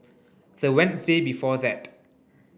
the Wednesday before that